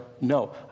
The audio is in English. no